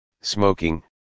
smoking